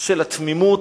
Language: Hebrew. של התמימות.